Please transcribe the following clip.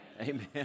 amen